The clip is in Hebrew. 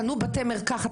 קנו בתי מרקחת.